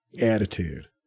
attitude